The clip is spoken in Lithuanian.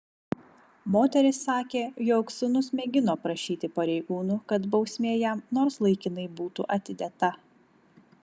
moteris sakė jog sūnus mėgino prašyti pareigūnų kad bausmė jam nors laikinai būtų atidėta